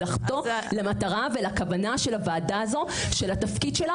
זה לחטוא למטרה ולכוונה של הוועדה הזו שהתפקיד שלה